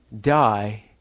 die